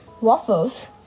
waffles